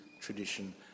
tradition